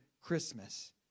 Christmas